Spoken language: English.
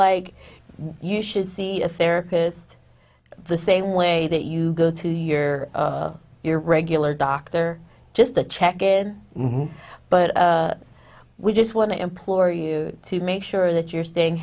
like you should see a therapist the same way that you go to your your regular doctor just to check in but we just want to implore you to make sure that you're staying